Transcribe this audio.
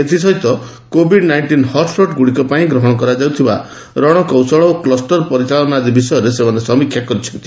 ଏଥିସହିତ Covid nineteen ହଟ୍ସଟ୍ଗୁଡ଼ିକ ପାଇଁ ଗ୍ରହଣ କରାଯାଉଥିବା ରଶକୌଶଳ ଓ କ୍ଲୁଷ୍ଟର ପରିଚାଳନା ଆଦି ବିଷୟରେ ସେମାନେ ସମୀକ୍ଷା କରିଛନ୍ତି